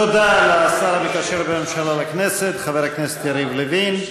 תודה לשר המקשר בין הממשלה לכנסת חבר הכנסת יריב לוין.